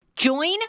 Join